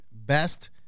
Best